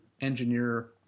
engineer